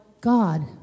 God